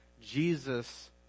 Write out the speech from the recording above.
Jesus